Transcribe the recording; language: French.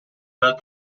pas